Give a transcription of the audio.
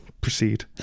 proceed